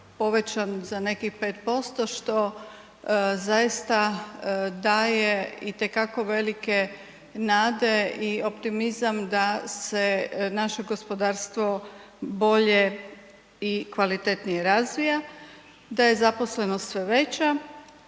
za nekih 5% što zaista daje itekako velike nade i optimizam da se naše gospodarstvo bolje i kvalitetnije razvija, da je zaposlenost sve veća.